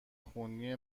خونی